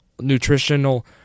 nutritional